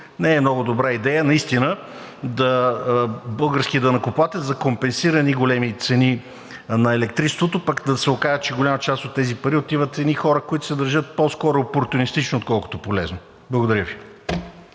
не е много добра идея наистина българският данъкоплатец да компенсира едни големи цени на електричеството, а пък да се окаже, че голяма част от тези пари отиват в едни хора, които се държат по-скоро опортюнистично, отколкото полезно. Благодаря Ви.